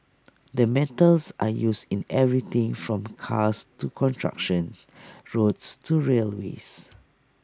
the metals are used in everything from cars to construction roads to railways